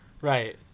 Right